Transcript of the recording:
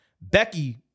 Becky